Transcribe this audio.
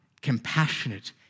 compassionate